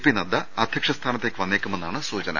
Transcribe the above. P Nadda അധ്യക്ഷ സ്ഥാന ത്തേക്ക് വന്നേക്കുമെന്നാണ് സൂചന